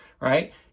right